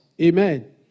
Amen